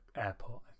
airport